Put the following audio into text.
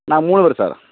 நாங்கள் மூணு பேர் சார்